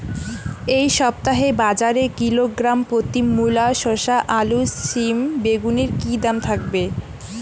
এই সপ্তাহে বাজারে কিলোগ্রাম প্রতি মূলা শসা আলু সিম বেগুনের কী দাম থাকবে?